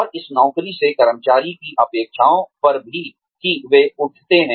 और इस नौकरी से कर्मचारी की अपेक्षाओं पर भी कि वे उठाते हैं